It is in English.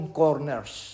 corners